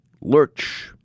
Lurch